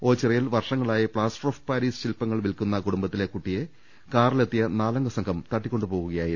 ഓച്ചിറയിൽ വർഷങ്ങളായി plaster of Paris ശിൽപ ങ്ങൾ വിൽക്കുന്ന കുടുംബത്തിലെ കുട്ടിയെ കാറിലെത്തിയ നാലംഗസംഘം തട്ടിക്കൊണ്ടുപോകുകയായിരുന്നു